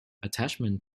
attachment